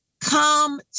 come